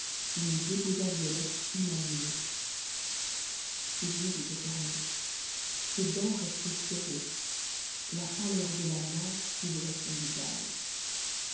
où il déposa violette inanimée ses yeux étaient fermés ses dents restaient serrées la pâleur de la mort couvrait son visage